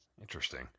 Interesting